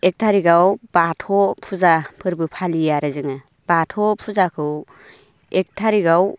एक थारिकआव बाथौ फुजाफोरबो फालियो आरो जोङो बाथौ फुजाखौ एक थारिकआव